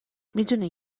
میدونین